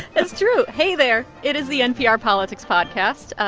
that's true. hey, there. it is the npr politics podcast.